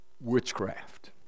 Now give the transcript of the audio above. witchcraft